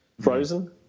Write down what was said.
frozen